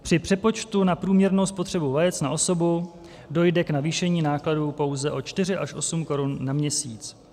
Při přepočtu na průměrnou spotřebu vajec na osobu dojde k navýšení nákladů pouze o 4 až 8 korun na měsíc.